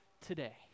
today